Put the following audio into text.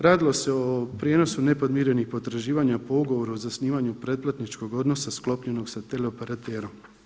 Radilo se o prijenosu nepodmirenih potraživanja po ugovoru za osnivanju pretplatničkog odnosa sklopljenog sa teleoperaterom.